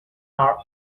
are